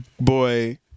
boy